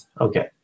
okay